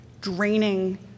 draining